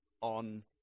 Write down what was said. on